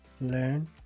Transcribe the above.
learn